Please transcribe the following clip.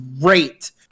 great